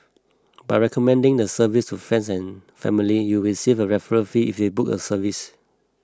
by recommending the service to friends and family you will receive a referral fee if they book a service